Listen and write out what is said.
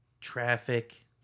traffic